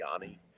Yanni